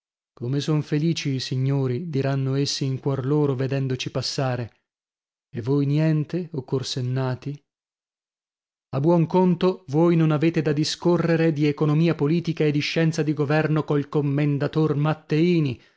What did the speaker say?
come son felici i signori diranno essi in cuor loro vedendoci passare e voi niente o corsennati a buon conto voi non avete da discorrere di economia politica e di scienza di governo col commendator matteini